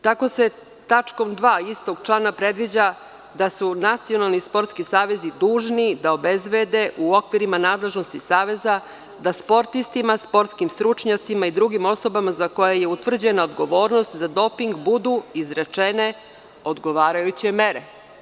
Tako se tačkom 2. istog člana predviđa da su nacionalni sportski savezi dužni da obezbede u okvirima nadležnosti Saveza da sportistima, sportskim stručnjacima i drugim osobama za koje je utvrđena odgovornost za doping budu izrečene odgovarajuće mere.